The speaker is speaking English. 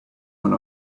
one